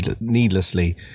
needlessly